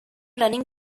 running